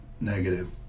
negative